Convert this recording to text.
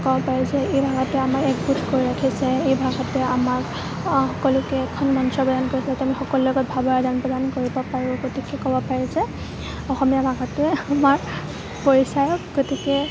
ক'ব পাৰি যে এই ভাষাটোৱে আমাক একগোট কৰি ৰাখিছে এই ভাষাটোৱে আমাক সকলোকে এখন মঞ্চ প্ৰদান কৰিছে য'ত আমি সকলোৰে লগত ভাৱৰ আদান প্ৰদান কৰিব পাৰোঁ গতিকে ক'ব পাৰোঁ যে অসমীয়া ভাষাটোৱে আমাৰ পৰিচায়ক গতিকে